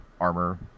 armor